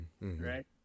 right